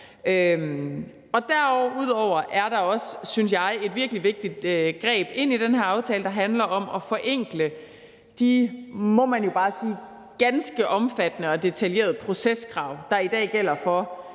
Derudover er der også, synes jeg, et virkelig vigtigt greb i den her aftale, der handler om at forenkle de, må man jo bare sige, ganske omfattende og detaljerede proceskrav, der i dag gælder for,